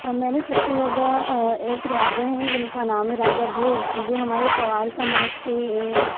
अब मैंने सबसे ज़्यादा एक राजा हैं जिनका नाम है राजा भोज जो हमारे पवार समाज के